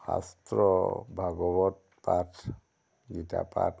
শাস্ত্ৰ ভাগৱত পাঠ গীতা পাঠ